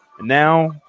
Now